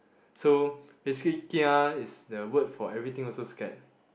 so basically kia is the word for everything also scared